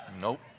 Nope